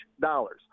dollars